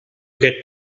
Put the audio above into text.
get